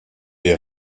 est